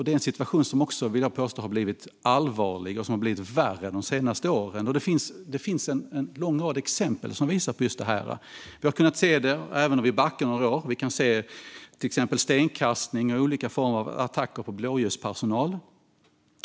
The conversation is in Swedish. Det är en situation som, vill jag påstå, har blivit allvarlig och som har blivit värre de senaste åren. Det finns en lång rad exempel som visar på just detta. Vi kan backa några år - vi har kunnat se detta även tidigare. Vi har till exempel sett stenkastning och olika former av attacker på blåljuspersonal.